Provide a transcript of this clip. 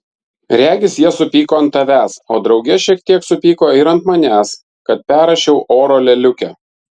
regis jie supyko ant tavęs o drauge šiek tiek supyko ir ant manęs kad perrašiau oro lėliukę